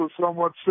somewhat